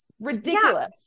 ridiculous